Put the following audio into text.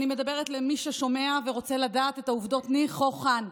ואני מדברת למי ששומע ורוצה לדעת את העובדות נכחן.